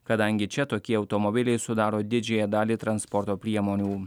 kadangi čia tokie automobiliai sudaro didžiąją dalį transporto priemonių